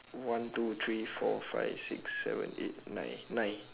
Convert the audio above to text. one two three four five six seven eight nine nine